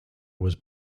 was